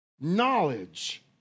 knowledge